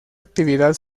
actividad